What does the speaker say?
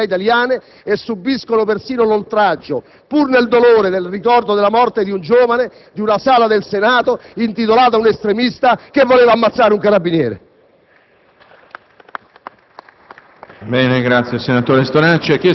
ma anche al professor Curcio, che tiene lezioni presso le università italiane; subiscono perfino l'oltraggio, pur nel dolore del ricordo della morte di un giovane, di vedere una sala del Senato intitolata ad un estremista che voleva ammazzare un carabiniere.